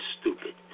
stupid